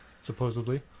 supposedly